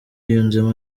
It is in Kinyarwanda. yunzemo